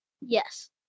Yes